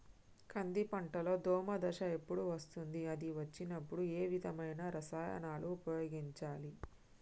కంది పంటలో దోమ దశ ఎప్పుడు వస్తుంది అది వచ్చినప్పుడు ఏ విధమైన రసాయనాలు ఉపయోగించాలి?